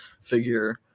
figure